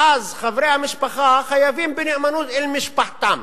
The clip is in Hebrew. ואז חברי המשפחה חייבים בנאמנות למשפחתם.